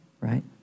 right